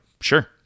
Sure